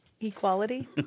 Equality